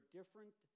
different